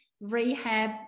rehab